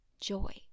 joy